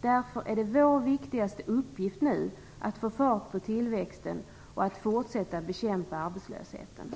Därför är det vår viktigaste uppgift nu att få fart på tillväxten och att fortsätta bekämpa arbetslösheten.